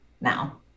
now